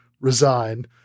resign